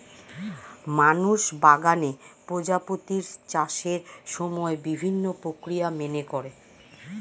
মানুষ বাগানে প্রজাপতির চাষের সময় বিভিন্ন প্রক্রিয়া মেনে করে